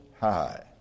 High